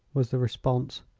was the response.